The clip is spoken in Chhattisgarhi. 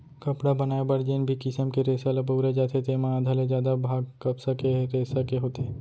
कपड़ा बनाए बर जेन भी किसम के रेसा ल बउरे जाथे तेमा आधा ले जादा भाग कपसा के रेसा के होथे